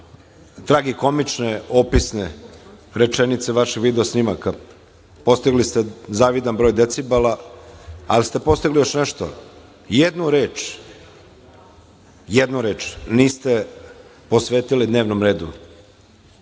tragikomične opisne rečenice vaših video snimaka. Postigli ste zavidan broj decibela, ali ste postigli i još nešto. Jednu reč niste posvetili dnevnom redu